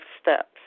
steps